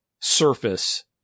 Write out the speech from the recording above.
surface